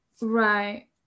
Right